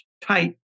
tight